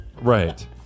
Right